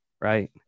right